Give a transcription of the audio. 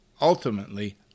ultimately